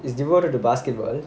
he is devoted to basketball